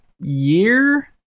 year